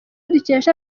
dukesha